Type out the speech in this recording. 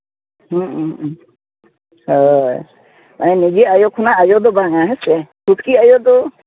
ᱦᱮᱸ ᱦᱳᱭ ᱱᱤᱡᱮ ᱟᱭᱳ ᱠᱷᱚᱱᱟᱜ ᱟᱭᱳ ᱫᱚ ᱵᱟᱝᱼᱟ ᱦᱮᱸ ᱪᱮ ᱪᱷᱩᱴᱠᱤ ᱟᱭᱳ ᱫᱚ